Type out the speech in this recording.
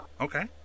Okay